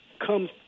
come